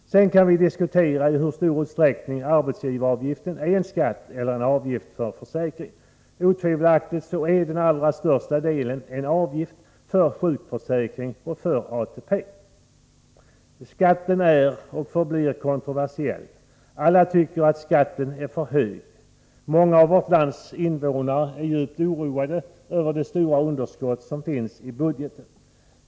Sedan kan vi diskutera i hur stor utsträckning arbetsgivaravgiften är en skatt eller en avgift för försäkring. Otvivelaktigt är den allra största delen en avgift för sjukförsäkring och ATP. Skatten är och förblir kontroversiell. Alla tycker att skatten är för hög. Många av vårt lands invånare är djupt oroade över det stora underskottet i budgeten.